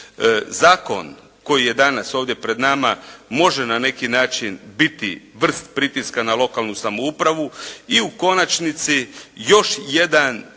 Zakon koji je danas ovdje pred nama može na neki način biti vrst pritiska na lokalnu samoupravu i u konačnici još jedan